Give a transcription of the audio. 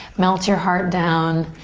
melt your heart down,